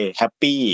happy